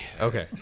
Okay